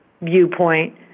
viewpoint